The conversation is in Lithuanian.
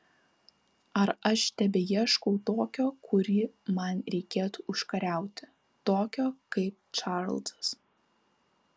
ar aš tebeieškau tokio kurį man reikėtų užkariauti tokio kaip čarlzas